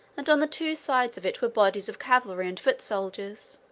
and on the two sides of it were bodies of cavalry and foot soldiers,